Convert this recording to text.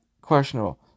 questionable